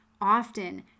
often